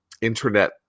internet